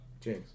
James